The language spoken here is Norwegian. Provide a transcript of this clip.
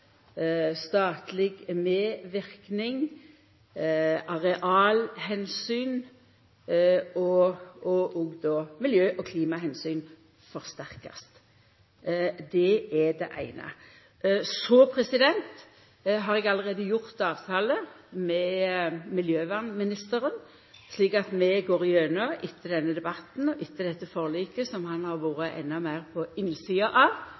statleg medverknad, arealomsyn og òg miljø- og klimaomsyn, forsterkast. Det er det eine. Så har eg allereie gjort avtale med miljøvernministeren om at vi etter denne debatten og etter dette forliket, som han har vore endå meir på innsida av